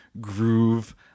groove